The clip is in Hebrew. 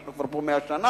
אנחנו כבר פה 100 שנה,